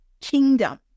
kingdom